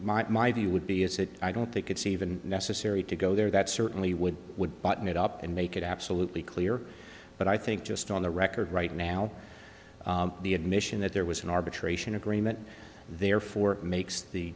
my view would be is that i don't think it's even necessary to go there that certainly would would button it up and make it absolutely clear but i think just on the record right now the admission that there was an arbitration agreement therefore makes the